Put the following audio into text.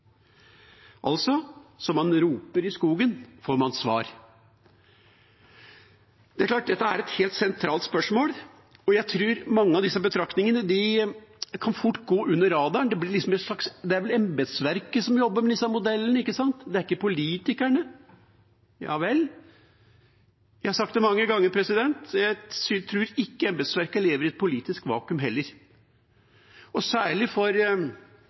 Dette er helt sentrale spørsmål, og jeg tror mange av disse betraktningene fort kan gå under radaren. Det er vel embetsverket som jobber med disse modellene, ikke politikerne, og jeg har sagt det mange ganger: Jeg tror ikke embetsverket lever i et politisk vakuum. Særlig for